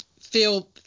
feel